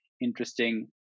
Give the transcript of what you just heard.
interesting